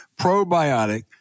probiotic